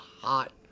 hot